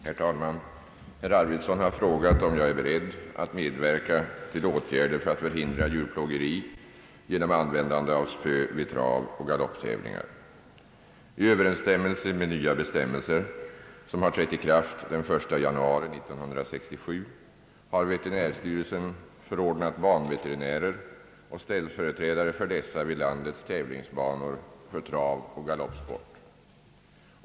Herr talman! Herr Arvidson har frågat mig om jag är beredd att medverka till åtgärder för att förhindra djurplågeri genom användande av spö vid travoch galopptävlingar. I överensstämmelse med nya bestämmelser som har trätt i kraft den 1 januari 1967 har veterinärstyrelsen förordnat banveterinärer och ställföreträdare för dessa vid landets tävlingsbanor för travoch galoppsport.